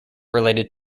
related